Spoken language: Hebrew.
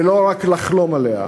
ולא רק לחלום עליה.